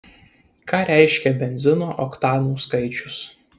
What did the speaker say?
ką reiškia benzino oktanų skaičius